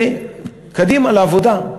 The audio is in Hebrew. וקדימה, לעבודה: